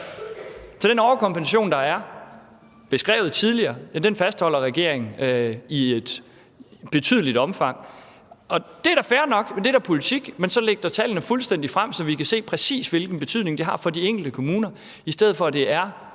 Så den overkompensation, der er beskrevet tidligere, fastholder regeringen i et betydeligt omfang. Det er da fair nok, for det er politik. Men så læg da tallene fuldstændig åbent frem, så vi kan se, præcis hvilken betydning det har for de enkelte kommuner, i stedet for at der er